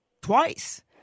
twice